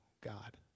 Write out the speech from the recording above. God